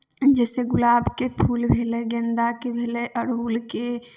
जइसे गुलाबके फूल भेलै गेन्दाके भेलै अड़हुलके